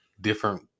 different